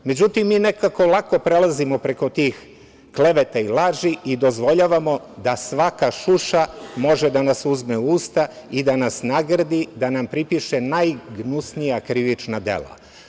Međutim, mi nekako lako prelazimo preko tih kleveta i laži i dozvoljavamo da svaka šuša može da nas uzme u usta i da nas nagrdi, da nam pripiše najgnusnija krivična dela.